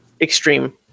extreme